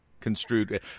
construed